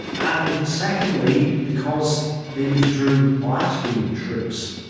and secondly, because they withdrew latvian troops.